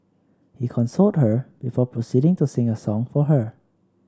he consoled her before proceeding to sing a song for her